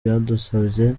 byadusabye